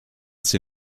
sie